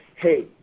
hey